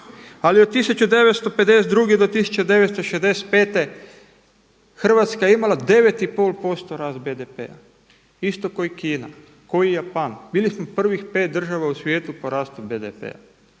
Ali od 1952. do 1965. Hrvatska je ima 9 i pol posto rast BDP-a isto kao i Kina, kao i Japan. Bili smo prvih pet država u svijetu po rastu BDP-a,